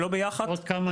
סליחה, עוד כמה מילים.